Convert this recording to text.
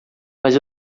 mas